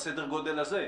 בסדר הגודל הזה.